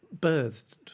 birds